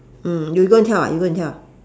mm you go and tell ah you go and tell ah